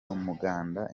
umuganda